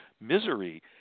misery